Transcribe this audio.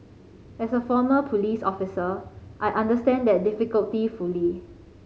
as a former police officer I understand that difficulty fully